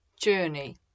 Journey